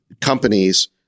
companies